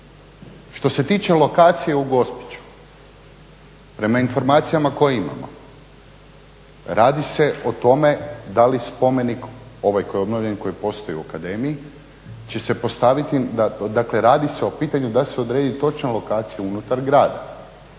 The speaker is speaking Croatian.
Što se tiče lokacije u Gospiću, prema informacijama koje imamo, radi se o tome da li spomenik, ovaj koji je obnovljen, koji postoji u akademiji, će se postaviti, dakle radi se o pitanju da se odredi točna lokacija unutar grada,